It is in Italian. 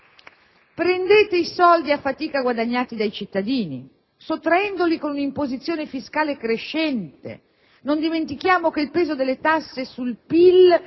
Prendete i soldi guadagnati a fatica dai cittadini, sottraendoli con un'imposizione fiscale crescente. Non dimentichiamo che il peso delle tasse sul PIL,